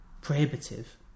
prohibitive